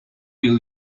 will